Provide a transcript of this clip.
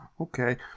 Okay